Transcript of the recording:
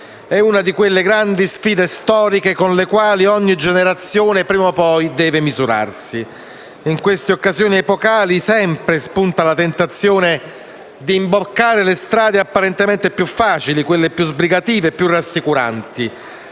di una di quelle grande sfide storiche con cui ogni generazione deve prima o poi misurarsi. In queste occasioni epocali spunta sempre la tentazione di imboccare le strade apparentemente più facili, quelle più sbrigative e rassicuranti,